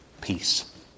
peace